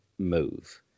move